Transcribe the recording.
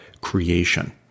creation